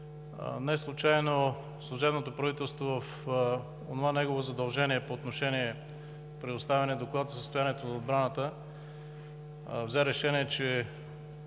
Неслучайно служебното правителство, в онова негово задължение по отношение предоставянето на доклада за състоянието на отбраната, взе решение, че